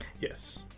Yes